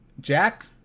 Jack